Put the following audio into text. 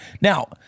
Now